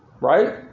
Right